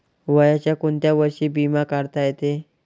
वयाच्या कोंत्या वर्षी बिमा काढता येते?